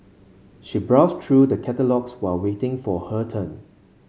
she browsed through the catalogues while waiting for her turn